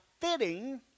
fitting